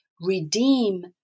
redeem